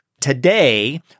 today –